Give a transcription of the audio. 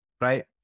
right